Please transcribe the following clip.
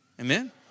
Amen